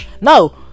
No